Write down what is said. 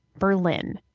berlin,